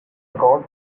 got